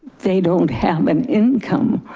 they don't have an income,